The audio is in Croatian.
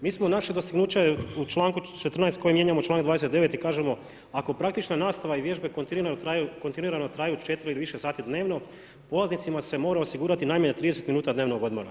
Mi smo naše dostignuće u čl. 14. koji mijenjamo u čl.29. i kažemo ako praktička nastava i vježbe kontinuirano traju 4 ili više sati dnevno, polaznicima se mora osigurati najmanje 30 minuta dnevnog odmora.